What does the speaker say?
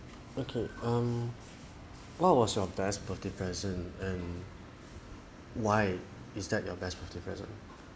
okay um what was your best birthday present and why is that your best birthday present